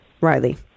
Riley